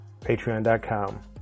Patreon.com